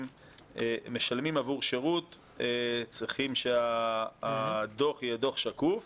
משלמים עבור שרות צריכים שהדוח יהיה דוח שקוף.